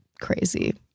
Crazy